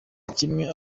kimwe